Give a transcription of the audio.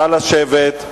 נא לשבת.